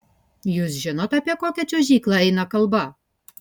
jūs žinot apie kokią čiuožyklą eina kalba